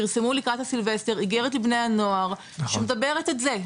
פרסמו לקראת הסילבסטר אגרת לבני הנוער שמדברת את זה,